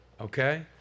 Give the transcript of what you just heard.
Okay